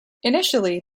initially